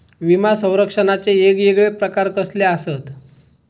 विमा सौरक्षणाचे येगयेगळे प्रकार कसले आसत?